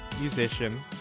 musician